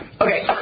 okay